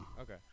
okay